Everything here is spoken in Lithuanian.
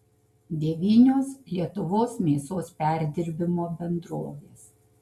devynios lietuvos mėsos perdirbimo bendrovės